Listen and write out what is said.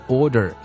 order